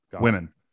women